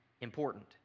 important